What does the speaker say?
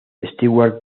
stewart